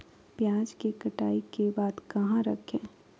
प्याज के कटाई के बाद कहा रखें?